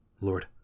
Lord